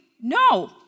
No